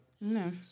No